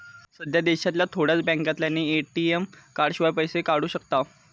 सध्या देशांतल्या थोड्याच बॅन्कांतल्यानी ए.टी.एम कार्डशिवाय पैशे काढू शकताव